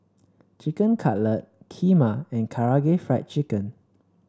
Chicken Cutlet Kheema and Karaage Fried Chicken